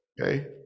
okay